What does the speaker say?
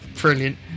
Brilliant